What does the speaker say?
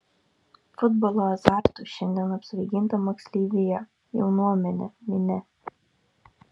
futbolo azartu šiandien apsvaiginta moksleivija jaunuomenė minia